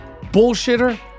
bullshitter